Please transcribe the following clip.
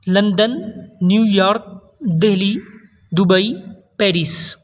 London New York Delhi Dubai Paris